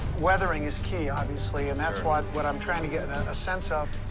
weathering is key, obviously, and that's what what i'm trying to get and and a sense of.